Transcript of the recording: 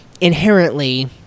inherently